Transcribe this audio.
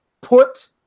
put